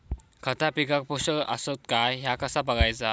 खता पिकाक पोषक आसत काय ह्या कसा बगायचा?